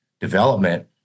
development